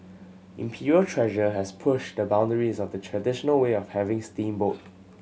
Imperial Treasure has pushed the boundaries of the traditional way of having steamboat